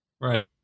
right